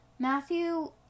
Matthew